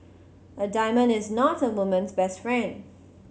a diamond is not a woman's best friend